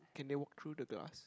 can they walk through the glass